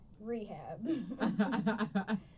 rehab